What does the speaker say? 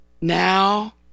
Now